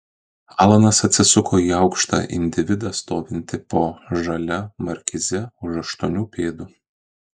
alanas atsisuko į aukštą individą stovintį po žalia markize už aštuonių pėdų